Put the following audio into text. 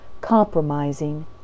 compromising